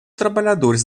trabalhadores